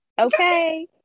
okay